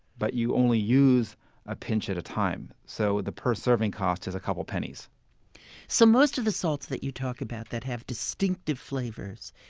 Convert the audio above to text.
but you only use a pinch at a time. so the per-serving cost is a couple pennies so most of the salts that you talk about that have distinctive flavors,